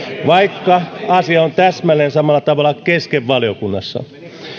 vaikka asia on täsmälleen samalla tavalla kesken valiokunnassa